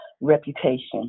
reputation